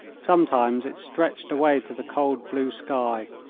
sometimes it stretched away to the cold blue sky,